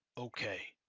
okay.